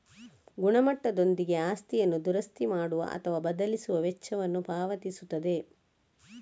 ಗುಣಮಟ್ಟದೊಂದಿಗೆ ಆಸ್ತಿಯನ್ನು ದುರಸ್ತಿ ಮಾಡುವ ಅಥವಾ ಬದಲಿಸುವ ವೆಚ್ಚವನ್ನು ಪಾವತಿಸುತ್ತದೆ